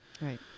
Right